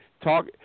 talk